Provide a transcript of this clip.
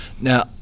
Now